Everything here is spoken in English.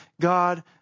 God